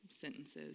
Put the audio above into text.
sentences